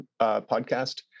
Podcast